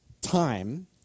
time